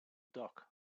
dog